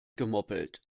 gemoppelt